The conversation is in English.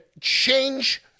change